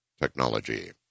technology